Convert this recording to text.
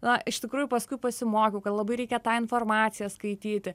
na iš tikrųjų paskui pasimokiau kad labai reikia tą informaciją skaityti